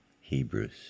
Hebrews